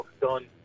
done